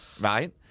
right